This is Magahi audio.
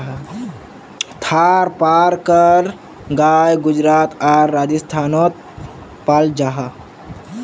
थारपारकर गाय गुजरात आर राजस्थानोत पाल जाहा